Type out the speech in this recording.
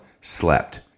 slept